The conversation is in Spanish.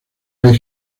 del